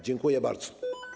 Dziękuję bardzo.